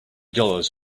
dollars